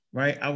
right